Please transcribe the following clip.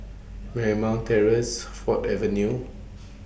Marymount Terrace Ford Avenue